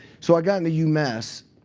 so i got into umass.